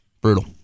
brutal